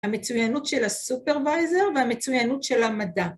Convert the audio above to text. ‫המצוינות של הסופרווייזר ‫והמצוינות של המדע.